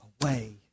away